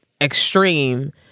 extreme